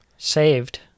Saved